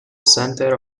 center